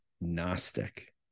Gnostic